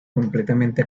completamente